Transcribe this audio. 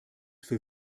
für